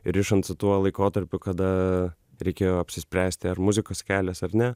rišant su tuo laikotarpiu kada reikėjo apsispręsti ar muzikos kelias ar ne